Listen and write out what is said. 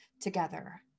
together